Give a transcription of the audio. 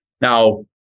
Now